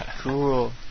Cool